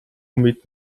mit